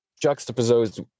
juxtaposed